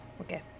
okay